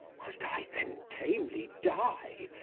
must i then tamely die,